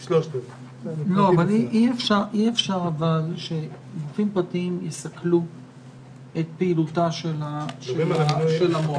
אז 3/4. אי אפשר שגופים פרטיים יסכלו את פעילותה של המועצה.